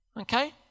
okay